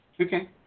Okay